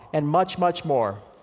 and much, much more,